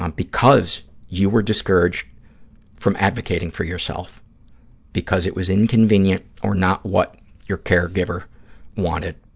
um because you were discouraged from advocating for yourself because it was inconvenient or not what your caregiver wanted,